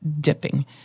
dipping